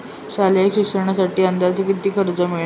शालेय शिक्षणासाठी अंदाजे किती कर्ज मिळेल?